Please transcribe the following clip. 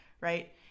right